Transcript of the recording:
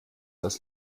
das